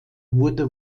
wurde